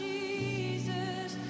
Jesus